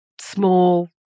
small